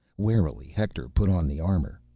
warily, hector put on the armor.